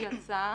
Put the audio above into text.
הוא יצא.